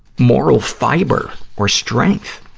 moral fiber or strength.